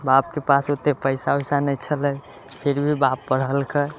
बापके पास ओते पैसा उसा नहि छलै फिर भी बाप पढ़ेलकै